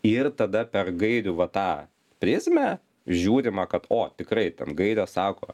ir tada per gairių va tą prizmę žiūrima kad o tikrai ten gairės sako